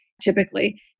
typically